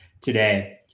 today